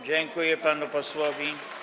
Dziękuję panu posłowi.